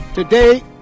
Today